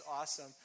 awesome